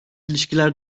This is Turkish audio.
ilişkiler